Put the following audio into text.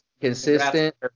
consistent